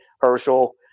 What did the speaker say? Herschel